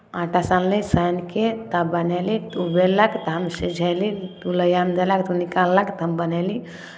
आँटा सानली सानि कऽ तब बनयली तऽ ओ बेललक तऽ हम सिझयली ओ लोहियामे देलक ओ निकाललक तऽ हम बनयली